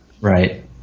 Right